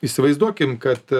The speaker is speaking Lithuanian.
įsivaizduokim kad